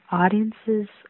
audiences